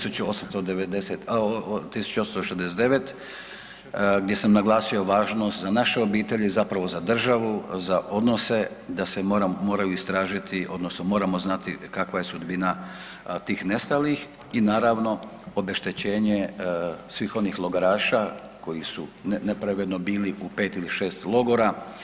1869 gdje sam naglasio važnost za naše obitelji, zapravo za državu, za odnose da se moraju istražiti odnosno moramo znati kakva je sudbina tih nestalih i naravno obeštećenje svih onih logoraša koji su nepravedno bili u pet ili šest logora.